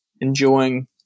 enjoying